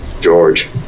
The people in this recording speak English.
George